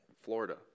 Florida